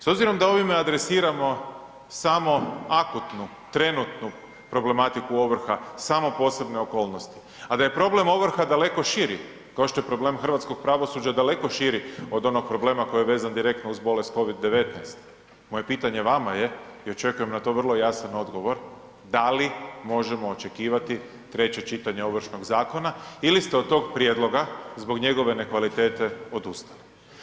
S obzirom da ovime adresiramo samo akutnu, trenutnu problematiku ovrha, samo posebne okolnosti, a da je problem ovrha daleko širi, kao što je problem hrvatskog pravosuđa daleko širi od onog problema koji je vezan uz bolest COVID-19, moje pitanje vama je i očekujem na to vrlo jasan odgovor, da li možemo očekivati treće čitanje Ovršnog zakona ili ste od tog prijedloga zbog njegove ne kvalitete odustali?